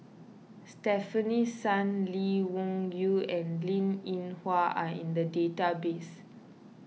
Stefanie Sun Lee Wung Yew and Linn in Hua are in the database